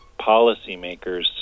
policymakers